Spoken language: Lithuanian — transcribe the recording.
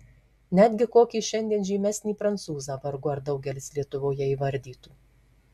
netgi kokį šiandien žymesnį prancūzą vargu ar daugelis lietuvoje įvardytų